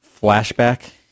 flashback